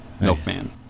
Milkman